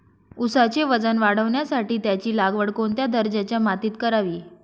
ऊसाचे वजन वाढवण्यासाठी त्याची लागवड कोणत्या दर्जाच्या मातीत करावी?